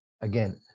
again